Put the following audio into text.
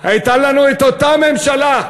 הייתה לנו אותה ממשלה,